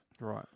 Right